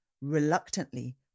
reluctantly